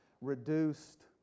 reduced